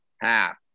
half